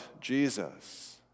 Jesus